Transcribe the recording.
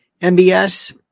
MBS